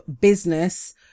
business